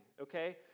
okay